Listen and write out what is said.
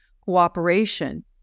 cooperation